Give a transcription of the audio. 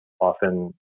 often